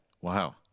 Wow